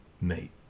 Mate